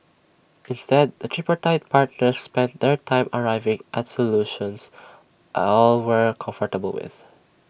instead the tripartite partners spent their time arriving at solutions are all were comfortable with